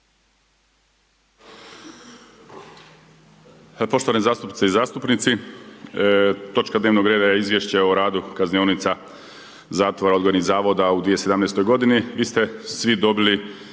Poštovane zastupnice i zastupnici. Točka dnevnog reda je Izvješće o radu kaznionica zatvora, odgojnih zavoda u 2017. godini. Vi ste svi dobili